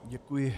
Děkuji.